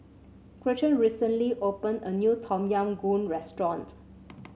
Gretchen recently opened a new Tom Yam Goong restaurant